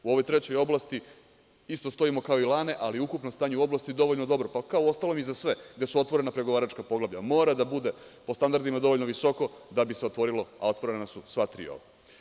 U ovoj trećoj oblasti, isto stojimo kao i lane, ali ukupno stanje u oblasti je dovoljno dobro, pa kao i ostalom za sve, gde su otvorena pregovaračka poglavlja, mora da bude po standardima dovoljno visoko da bi se otvorilo, a otvorena su sva tri ovde.